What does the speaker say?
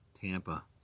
Tampa